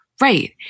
Right